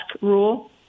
rule